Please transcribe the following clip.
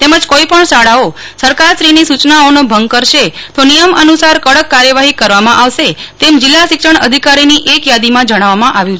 તેમજ કોઈ પણ શાળાઓ સરકારશ્રીની સૂચનાઓનો ભંગ કરશે તો નિયમાનુસાર કડક કાર્યવાહી કરવામાં આવશે તેમ જીલ્લા શિક્ષણાધિકારીની એક યાદીમાં જણાવવામાં આવ્યું છે